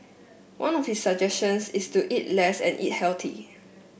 one of his suggestions is to eat less and eat healthily